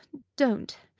don't.